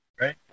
right